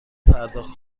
پرداخت